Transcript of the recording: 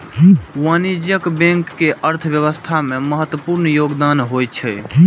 वाणिज्यिक बैंक के अर्थव्यवस्था मे महत्वपूर्ण योगदान होइ छै